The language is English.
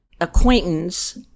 acquaintance